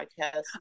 podcast